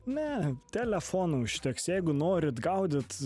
na telefono užteks jeigu norit gaudyt